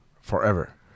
Forever